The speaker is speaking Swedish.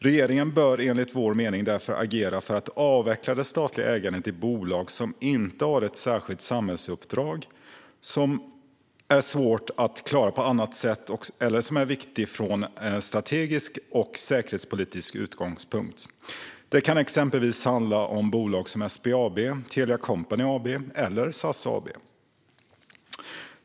Regeringen bör enligt vår mening därför agera för att avveckla det statliga ägandet i bolag vilka inte har ett särskilt samhällsuppdrag som är svårt att klara på annat sätt eller är viktigt från strategisk och säkerhetspolitisk utgångspunkt. Det kan exempelvis handla om bolag som SBAB, Telia Company AB eller SAS AB.